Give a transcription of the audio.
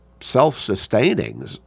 self-sustaining